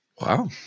Wow